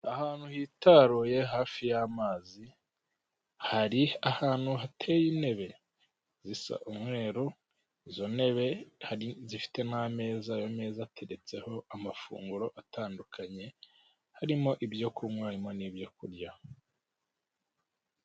Ahantu hitaruye hafi y'amazi hari ahantu hateye intebe zisa umweru, izo ntebe hari izifitemo ameza ayo meza ateretseho amafunguro atandukanye harimo ibyo kurya harimo n'ibyo kunywa